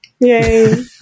Yay